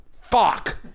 fuck